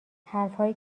حرفهایی